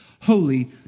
holy